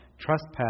trespass